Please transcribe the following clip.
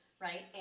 Right